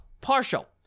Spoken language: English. partial